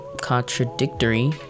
contradictory